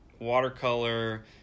watercolor